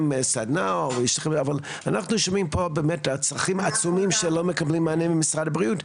אנחנו שומעים פה באמת על צרכים עצומים שלא מקבלים מענה ממשרד הבריאות.